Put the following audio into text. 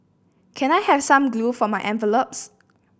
can I have some glue for my envelopes